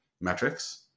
metrics